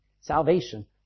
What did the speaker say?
Salvation